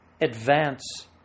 Advance